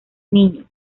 niño